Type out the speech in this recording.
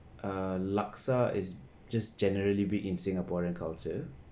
uh laksa is just generally be in singaporean culture